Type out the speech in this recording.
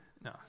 no